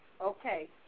okay